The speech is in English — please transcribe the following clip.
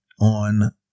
on